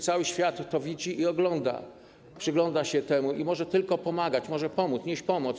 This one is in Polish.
Cały świat to widzi i ogląda, przygląda się temu i może tylko pomagać, może pomóc, nieść pomoc.